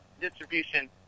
distribution